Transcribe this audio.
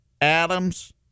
Adams